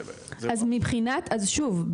אז שוב,